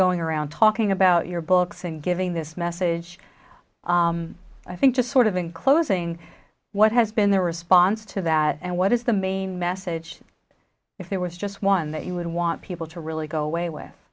going around talking about your books and giving this message i think just sort of in closing what has been their response to that and what is the main message if there was just one that you would want people to really go away with